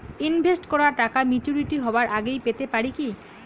Invest করা টাকা maturity হবার আগেই পেতে পারি কি?